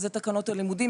שזה תקנות הלימודים,